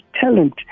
talent